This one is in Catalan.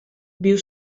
viu